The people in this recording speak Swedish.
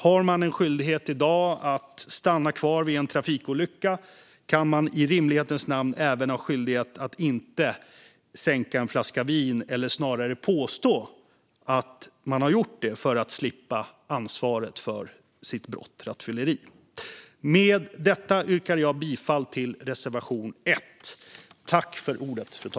Har man en skyldighet i dag att stanna kvar vid en trafikolycka kan man i rimlighetens namn även ha en skyldighet att inte sänka en flaska vin, eller snarare påstå att man har gjort det, för att slippa ta ansvar för sitt brott, alltså rattfylleri. Med det yrkar jag bifall till reservation 1.